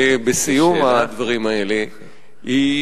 בסיום הדברים האלה, זו שאלה?